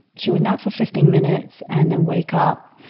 she would nap for fifteen minutes and then wake up.